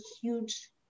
huge